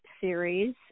series